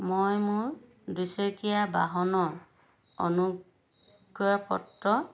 মই মোৰ দুচকীয়া বাহনৰ অনুজ্ঞাপত্ৰ